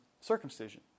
circumcision